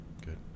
Good